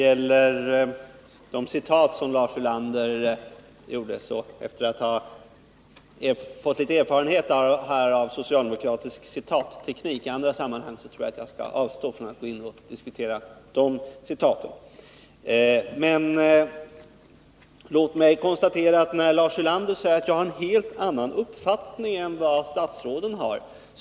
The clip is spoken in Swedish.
Fru talman! Med den erfarenhet jag har av socialdemokratisk citatteknik i andra sammanhang avstår jag från att diskutera de citat som Lars Ulander återgav. Lars Ulander sade att jag har en helt annan uppfattning än statsråden.